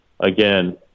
Again